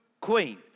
queen